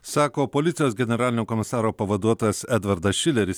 sako policijos generalinio komisaro pavaduotojas edvardas šileris